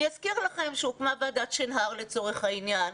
אני אזכיר לכם שהוקמה ועדת שנהר לצורך העניין,